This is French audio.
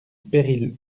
péril